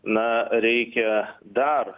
na reikia dar